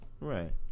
Right